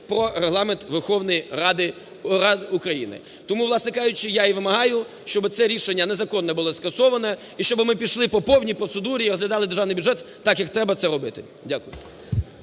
"Про Регламент Верховної Ради України". Тому, власне кажучи, я і вимагаю, щоби це рішення незаконне було скасоване і щоби ми пішли по повній процедурі і розглядали Державний бюджет так, як треба це робити. Дякую.